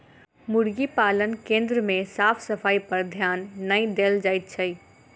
मुर्गी पालन केन्द्र मे साफ सफाइपर ध्यान नै देल जाइत छै